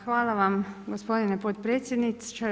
Hvala vam gospodine potpredsjedniče.